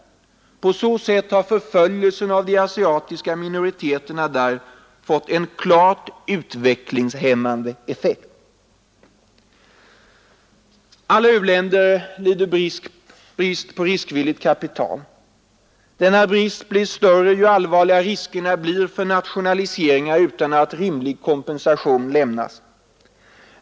På så sätt har förföljelsen av de asiatiska minoriteterna där fått en klart utvecklingshämmande effekt. Alla u-länder lider brist på riskvilligt kapital. Denna brist blir större ju allvarligare riskerna blir för nationaliseringar utan att rimlig kompensation lämnas.